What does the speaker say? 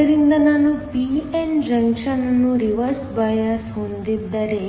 ಆದ್ದರಿಂದ ನಾನು p n junction ಅನ್ನು ರಿವರ್ಸ್ ಬಯಾಸ್ ಹೊಂದಿದ್ದರೆ